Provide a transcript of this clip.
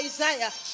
Isaiah